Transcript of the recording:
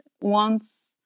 wants